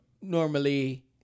normally